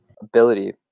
ability